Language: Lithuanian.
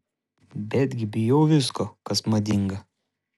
betgi bijau visko kas madinga